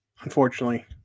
unfortunately